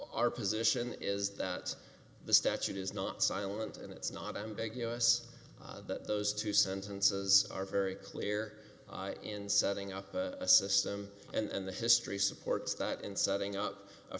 our position is that the statute is not silent and it's not ambiguous that those two sentences are very clear in setting up a system and the history supports that in setting up a